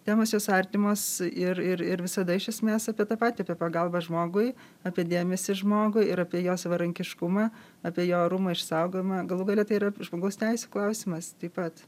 temos jos artimos ir ir ir visada iš esmės apie tą patį apie pagalbą žmogui apie dėmesį žmogui ir apie jo savarankiškumą apie jo orumo išsaugojimą galų gale tai yra žmogaus teisių klausimas taip pat